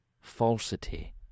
falsity